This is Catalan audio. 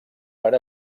per